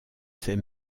ces